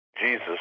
Jesus